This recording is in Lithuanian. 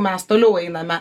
mes toliau einame